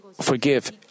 forgive